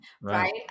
Right